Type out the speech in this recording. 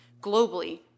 globally